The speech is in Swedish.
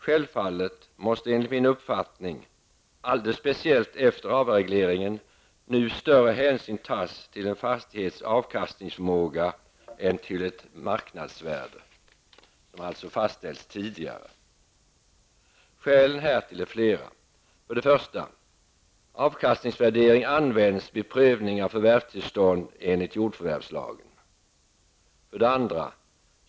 Självfallet måste, enligt min uppfattning, alldeles speciellt efter avregleringen, större hänsyn tas till en fastighets avkastningsförmåga än till ett marknadsvärde, som alltså har fastställts tidigare. Skälen härtill är flera: 2.